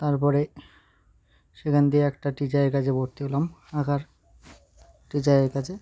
তারপরে সেখান দিয়ে একটা টিচারের কাছে ভর্তি হলাম আঁকার টিচারের কাছে